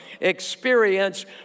experience